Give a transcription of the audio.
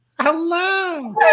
Hello